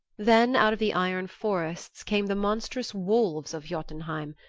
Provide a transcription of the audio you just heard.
then out of the iron forests came the monstrous wolves of jotunheim,